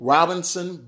Robinson